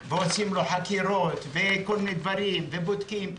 ועושים לו חקירות וכל מיני דברים ובודקים.